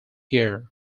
year